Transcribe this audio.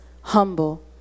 humble